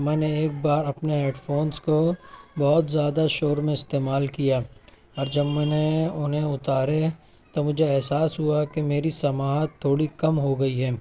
میں نے ایک بار اپنے ہیڈ فونس کو بہت زیادہ شور میں استعمال کیا اب جب میں نے انہیں اتارے تو مجھے احساس ہوا کہ میری سماعت تھوڑی کم ہو گئی ہے